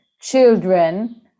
children